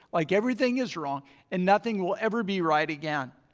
like everything is wrong and nothing will ever be right again.